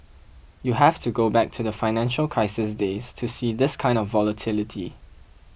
you have to go back to the financial crisis days to see this kind of volatility